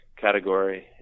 category